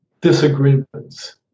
disagreements